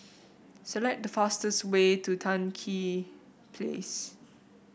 select the fastest way to Tan Tye Place